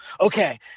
okay